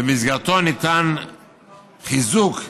ובמסגרתו ניתן חיזוק לפריפריה,